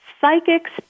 Psychics